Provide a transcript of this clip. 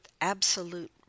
absolute